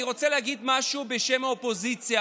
אני רוצה להגיד משהו בשם האופוזיציה,